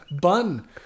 bun